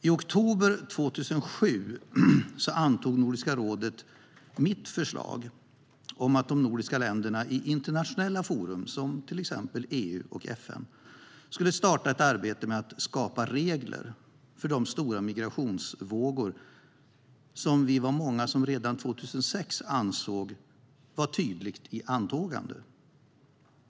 I oktober 2007 antog Nordiska rådet mitt förslag om att de nordiska länderna i internationella forum, till exempel EU och FN, skulle starta ett arbete med att skapa regler för de stora migrationsvågor som vi var många som redan 2006 ansåg var tydligt i antågande.